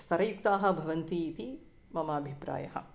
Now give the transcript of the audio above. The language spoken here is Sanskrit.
स्तरयुक्ताः भवन्ति इति मम अभिप्रायः